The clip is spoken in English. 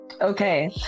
Okay